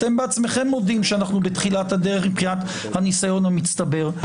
אתם בעצמכם מודים שאנחנו בתחילת הדרך מבחינת הניסיון המצטבר.